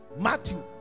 Matthew